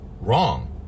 wrong